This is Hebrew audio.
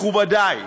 מכובדי,